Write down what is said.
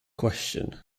question